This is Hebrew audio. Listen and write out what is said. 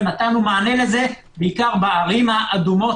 נתנו מענה לזה בעיקר בערים האדומות